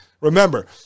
Remember